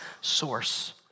source